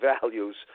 values